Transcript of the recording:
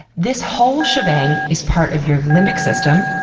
this whole shebang is part of your limbic system,